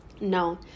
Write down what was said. no